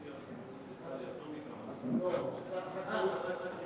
הוא יצא ליותר מכמה דקות.